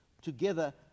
together